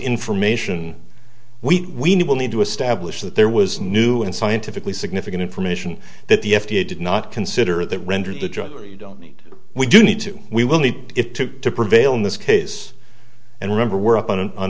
information we will need to establish that there was new and scientifically significant information that the f d a did not consider that rendered the drug you don't need we do need to we will need it to prevail in this case and remember we're up on